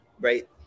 right